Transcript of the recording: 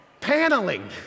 Paneling